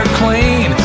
clean